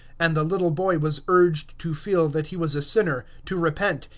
and the little boy was urged to feel that he was a sinner, to repent,